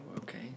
okay